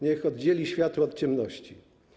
Niech oddzieli światło od ciemności.